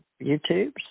YouTubes